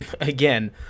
again